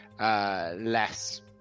less